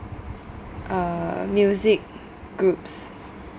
uh music groups